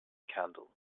candle